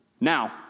Now